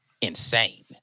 insane